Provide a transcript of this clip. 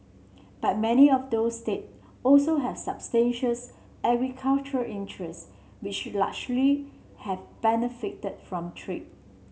but many of those state also have substantial agricultural interest which largely have benefited from trade